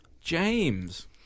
James